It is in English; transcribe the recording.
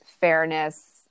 fairness